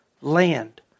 land